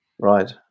Right